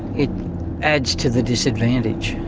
it adds to the disadvantage,